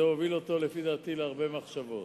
זה הוביל אותו לפי דעתי להרבה מחשבות.